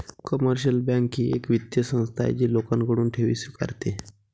commercial bank ही एक वित्तीय संस्था आहे जी लोकांकडून ठेवी स्वीकारते